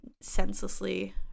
senselessly